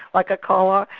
like a colour,